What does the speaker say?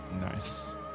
Nice